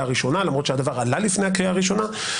הראשונה למרות שהדבר עלה לפני הקריאה הראשונה.